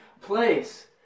place